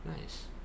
Nice